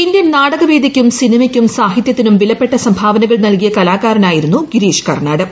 Indian നാടക വേദിക്കും സിനിമയ്ക്കും സാഹിത്യത്തിനും വിലപ്പെട്ട സംഭാവനകൾ നൽകിയ കലാകാരനായിരുന്നു ഗിരീഷ് കർണാട്